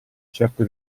certo